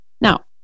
Now